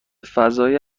فضای